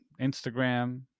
Instagram